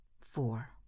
Four